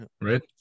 Right